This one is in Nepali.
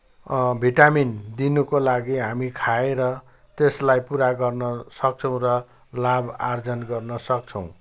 भिटामिन दिनुको लागि हामी खाएर त्यसलाई पुरा गर्नसक्छौँ र लाभार्जन गर्नसक्छौँ